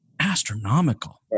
Astronomical